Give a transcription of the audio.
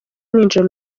ninjira